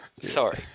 Sorry